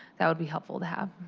that would be helpful to have.